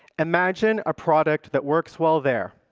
imagine a product that works well there,